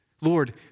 Lord